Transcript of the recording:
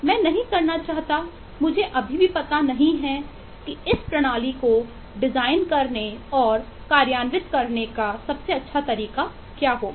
मैं नहीं करना चाहता मुझे अभी भी पता नहींहै कि इस प्रणाली को डिजाइन करने और कार्यान्वित करने का सबसे अच्छा तरीका क्या होगा